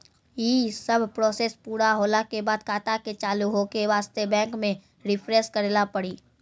यी सब प्रोसेस पुरा होला के बाद खाता के चालू हो के वास्ते बैंक मे रिफ्रेश करैला पड़ी?